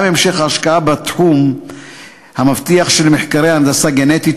גם המשך ההשקעה בתחום המבטיח של מחקרי הנדסה גנטית,